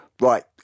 Right